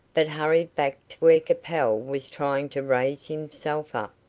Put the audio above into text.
but hurried back to where capel was trying to raise himself up,